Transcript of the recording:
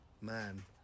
man